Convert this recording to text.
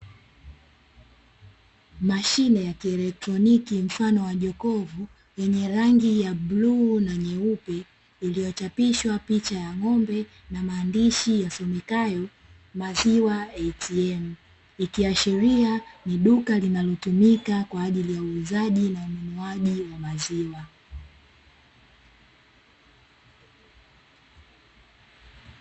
Mashine ya kielektroniki mfano wa jokofu wenye rangi ya bluu na nyeupe, iliyochapishwa picha ya ng’ombe, na maandishi yasomekayo "maziwa ATM". Ikiashiria ni duka linalotumika kwa ajili ya uuzaji na ununuaji wa maziwa.